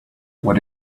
what